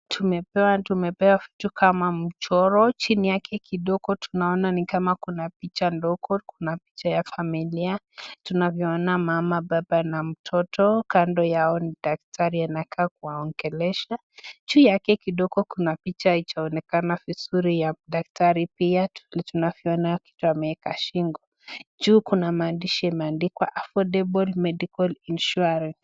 Tumepewa kitu kama mchoro chini yake kidogo tunaona kama kuna picha mdogo kuna picha ya familia tunavyoona baba mama na mtoto kando yao ni daktari anawaongelesha juu yake kidogo kuna picha haijaonekana vizuri ya daktari pia tunavyoona kuna kitu ameweka shingo juu kuna maandishi yameandikwa affordable medical insuarance